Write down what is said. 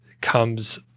comes